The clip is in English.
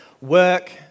work